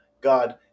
God